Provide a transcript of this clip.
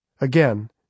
Again